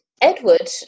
edward